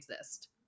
exist